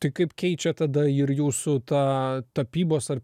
tai kaip keičia tada ir jūsų tą tapybos ar